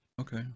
Okay